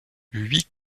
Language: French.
huit